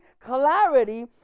clarity